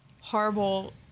horrible